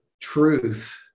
truth